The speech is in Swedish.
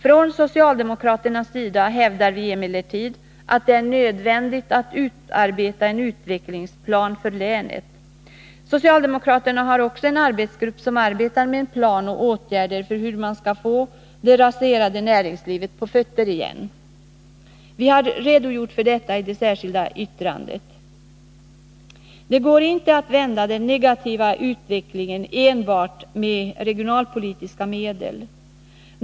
Från socialdemokraternas sida hävdar vi emellertid att det är nödvändigt att utarbeta en utvecklingsplan för länet. Socialdemokraterna har också en arbetsgrupp som arbetar med en plan för hur man skall få det raserade näringslivet på fötter igen. Vi har redogjort för detta i det särskilda yttrandet. Det går inte att vända den negativa utvecklingen med enbart regionalpolitiska medel.